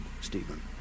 Stephen